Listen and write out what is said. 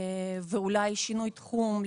ואולי שינוי תחום,